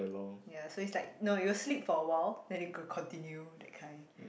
ya so it's like no you will sleep for a while then continue that kind